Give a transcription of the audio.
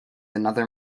another